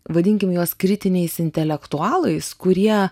vadinkim juos kritiniais intelektualais kurie